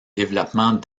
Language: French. développement